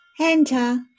Enter